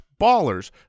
Ballers